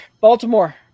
Baltimore